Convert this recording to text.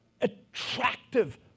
attractive